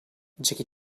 jackie